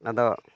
ᱟᱫᱚ